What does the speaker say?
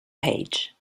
page